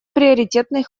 приоритетный